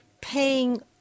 paying